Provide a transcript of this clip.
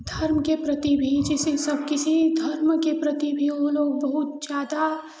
धर्म के प्रति भी जिससे सब किसी धर्म के प्रति भी उन लोग बहुत ज़्यादा